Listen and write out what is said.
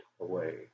away